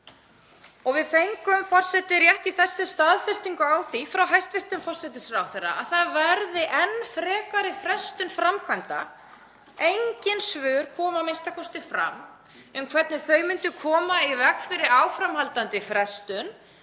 Og við fengum, forseti, rétt í þessu staðfestingu á því frá hæstv. forsætisráðherra að það verði enn frekari frestun framkvæmda. Engin svör komu a.m.k. fram um hvernig þau myndu koma í veg fyrir áframhaldandi frestun,